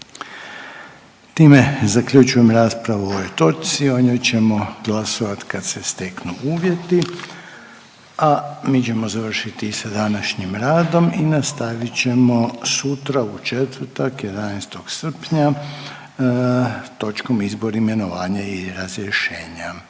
Time zaključujem raspravu o ovoj točci, o njoj ćemo glasovat kad se steknu uvjeti, a mi ćemo završiti sa današnjim radom i nastavit ćemo sutra u četvrtak 11. srpnja točkom Izbor, imenovanje i razrješenja.